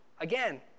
again